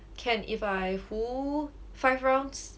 can if I 胡 five rounds